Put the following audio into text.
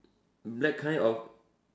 black kind of